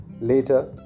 Later